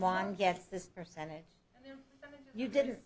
more get this percentage you did